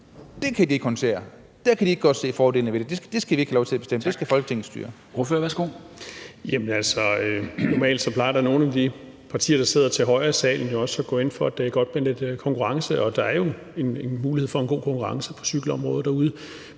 kan de ikke håndtere, der kan de ikke se fordelene ved det. Det skal de ikke have lov til at bestemme – det skal Folketinget styre.